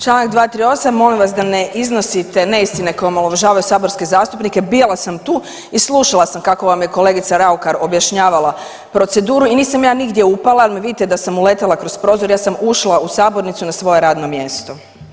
Članak 238., molim vas da ne iznosite neistine koje omalovažavaju saborske zastupnike, bila sam tu, i slušala sam kako vam je kolegica Raukar objašnjavala proceduru i nisam ja nigdje upala, vidite da sam uletjela kroz prozor, ja sam ušla u sabornicu na svoje radno mjesto.